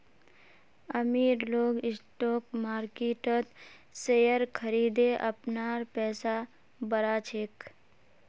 अमीर लोग स्टॉक मार्किटत शेयर खरिदे अपनार पैसा बढ़ा छेक